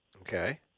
Okay